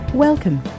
Welcome